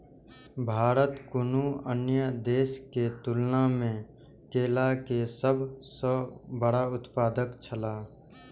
भारत कुनू अन्य देश के तुलना में केला के सब सॉ बड़ा उत्पादक छला